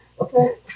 Okay